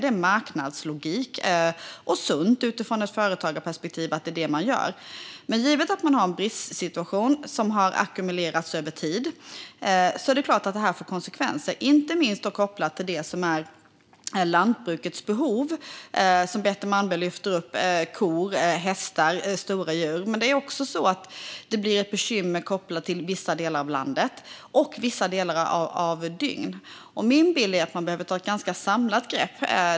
Det är marknadslogik och sunt utifrån ett företagarperspektiv att man gör det. Men givet att man har en brist som har ackumulerats över tid är det klart att detta får konsekvenser, inte minst kopplat till det som är lantbrukets behov. Betty Malmberg lyfter fram kor och hästar - stora djur. Men det blir också ett bekymmer kopplat till vissa delar av landet och vissa delar av dygnet. Min bild är att man behöver ta ett ganska samlat grepp.